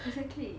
exactly